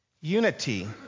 Unity